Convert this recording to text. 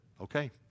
Okay